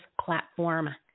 platform